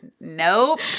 Nope